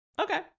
Okay